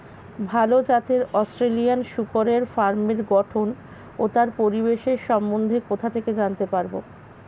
ভাল জাতের অস্ট্রেলিয়ান শূকরের ফার্মের গঠন ও তার পরিবেশের সম্বন্ধে কোথা থেকে জানতে পারবো?